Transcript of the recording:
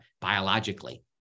biologically